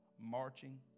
marching